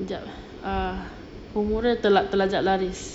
jap ah umur dia terlajak laris